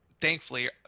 thankfully